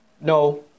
No